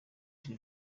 ijwi